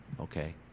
okay